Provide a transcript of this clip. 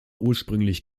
ursprünglich